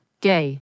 Gay